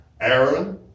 Aaron